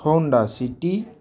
Honda city